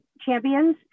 Champions